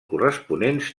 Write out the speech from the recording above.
corresponents